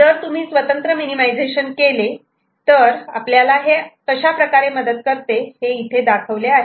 जर तुम्ही स्वतंत्रपणे मिनिमिझेशन केले तर आपल्याला हे कशाप्रकारे मदत करते हे इथे दाखवले आहे